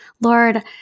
Lord